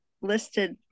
listed